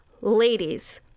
ladies